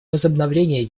возобновление